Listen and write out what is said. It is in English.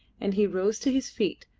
and he rose to his feet,